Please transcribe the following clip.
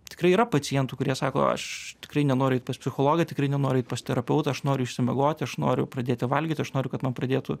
tikrai yra pacientų kurie sako aš tikrai nenoriu eit pas psichologą tikrai nenoriu eit pas terapeutą aš noriu išsimiegoti aš noriu pradėti valgyt aš noriu kad man pradėtų